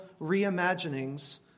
reimaginings